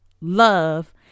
love